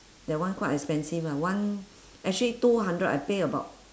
that one quite expensive [one] one actually two hundred I pay about